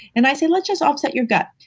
and i say, let's just offset your gut.